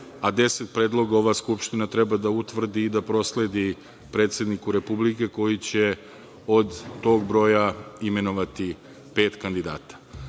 a deset predloga ova Skupština treba da utvrdi i da prosledi predsedniku Republike, koji će od tog broja imenovati pet kandidata.